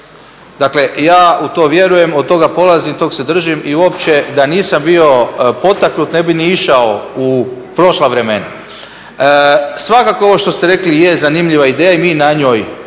Dakle ja u to vjerujem, od toga polazim, toga se držim i uopće da nisam bio potaknut ne bi ni išao u prošla vremena. Svakako ovo što ste rekli je zanimljiva ideja i mi na njoj